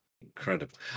incredible